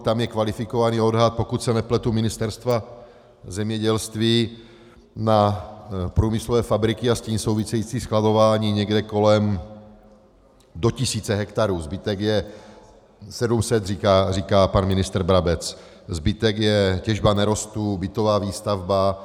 Tam je kvalifikovaný odhad, pokud se nepletu, Ministerstva zemědělství na průmyslové fabriky a s tím související schvalování někde do tisíce hektarů, zbytek je 700 říká pan ministr Brabec zbytek je těžba nerostů, bytová výstavba atd.